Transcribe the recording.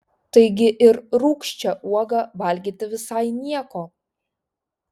taigi ir rūgščią uogą valgyti visai nieko